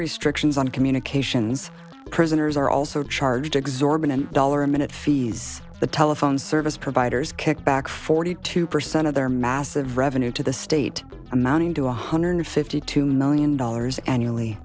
restrictions on communications prisoners are also charged exorbitant dollar minute fees the telephone service providers kick back forty two percent of their massive revenue to the state amounting to one hundred fifty two million dollars annually